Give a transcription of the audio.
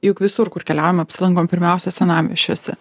juk visur kur keliaujam apsilankom pirmiausia senamiesčiuose